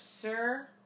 Sir